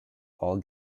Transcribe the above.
all